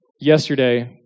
Yesterday